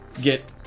get